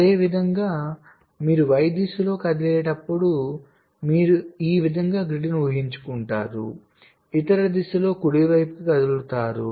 అదేవిధంగా మీరు Y దిశలో కదిలేటప్పుడు మీరు ఈ విధంగా గ్రిడ్ను ఊహించుకుంటారు ఇతర దిశలో కుడివైపుకి కదులుతారు